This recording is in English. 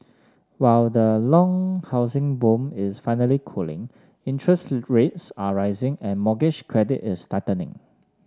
while the long housing boom is finally cooling interest rates are rising and mortgage credit is tightening